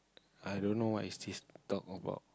i don't know what is this talk about